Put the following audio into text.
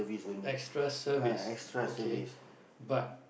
extra service okay but